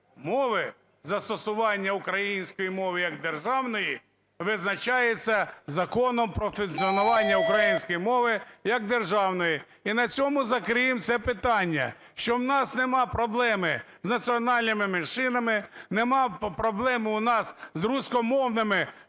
мови, застосування української мови як державної визначається Законом про функціонування української мови як державної і на цьому закриємо це питання, що в нас нема проблеми в з національними меншинами, нема проблеми у нас з руськомовними